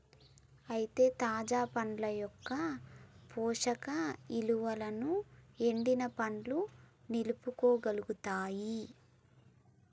అయితే తాజా పండ్ల యొక్క పోషక ఇలువలను ఎండిన పండ్లు నిలుపుకోగలుగుతాయి